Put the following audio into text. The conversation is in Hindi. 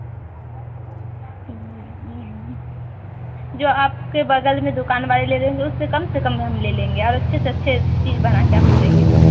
जो आपके बगल में दुकान वाले ले रहे होंगे उससे कम से कम में हम ले लेंगे और अच्छे से अच्छे चीज़ बना कर आपको देंगे